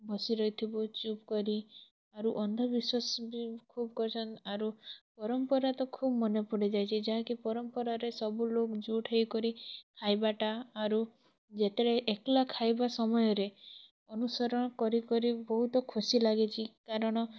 ବସି ରହିଥିବୁ ଚୁପ୍ କରି ଆରୁ ଅନ୍ଧବିଶ୍ୱାସ ବି ଅଛି ଆରୁ ପରମ୍ପରା ତ ଖୁବ୍ ମନେ ପଡ଼ିଯାଉଛି ଯାହାକି ପରମ୍ପରାରେ ସବୁ ଲୋକ ଜୁଟ ହେଇ କରି ଖାଇବାଟା ଆରୁ ଯେତେବେଳେ ଏକଲା ଖାଇବା ସମୟରେ ଅନୁସରଣ କରି କରି ବହୁତ ଖୁସି ଲାଗିଛି କାରଣ